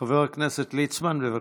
חבר הכנסת ליצמן, בבקשה.